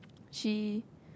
she